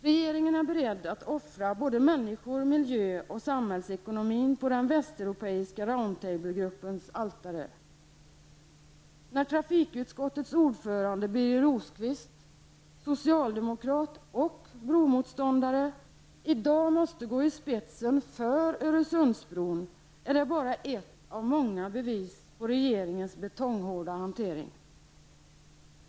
Regeringen är beredd att offra såväl människor och miljö som samhällsekonomin på den västeuropeiska Round Table-gruppens altare. När trafikutskottets ordförande Birger Rosqvist -- socialdemokrat och bromotståndare -- i dag måste gå i spetsen för Öresundsbron, är det bara ett av många bevis på regeringens betonghårda hantering.